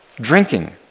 drinking